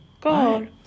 God